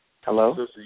Hello